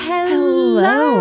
Hello